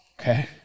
Okay